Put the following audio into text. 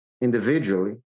individually